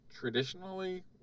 traditionally